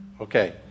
Okay